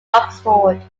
oxford